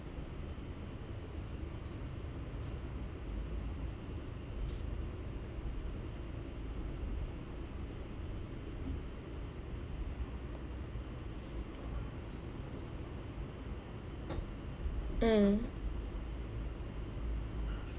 mm